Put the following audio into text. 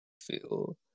Feel